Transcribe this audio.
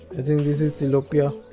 i think this is tilapia